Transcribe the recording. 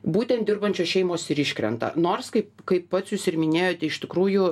būtent dirbančios šeimos ir iškrenta nors kaip kaip pats jūs ir minėjote iš tikrųjų